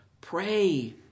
Pray